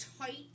tight